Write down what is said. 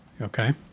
Okay